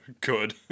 Good